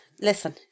Listen